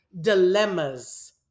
dilemmas